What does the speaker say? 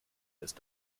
ist